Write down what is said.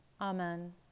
Amen